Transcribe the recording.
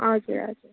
हजुर हजुर